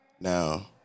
Now